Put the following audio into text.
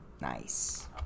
Nice